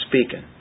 speaking